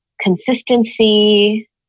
consistency